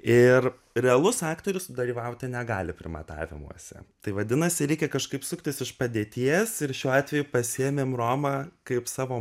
ir realus aktorius dalyvauti negali primatavimuose tai vadinasi reikia kažkaip suktis iš padėties ir šiuo atveju pasiėmėm romą kaip savo